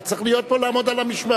אתה צריך להיות פה ולעמוד על המשמר.